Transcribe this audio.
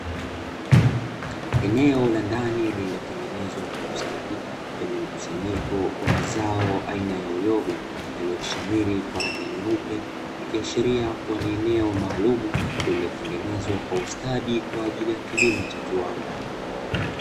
Eneo la ndani lililotengenezwa kwa ustadi lenye mkusanyiko wa mazao aina ya uyoga yaliyoshamiri kwa rangi nyeupe, ikiashiria kuwa ni eneo maalumu lililotengenezwa kwa ustadi kwa ajili ya kilimo cha viwanda.